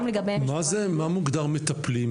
מה מוגדר מטפלים?